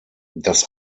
das